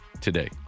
today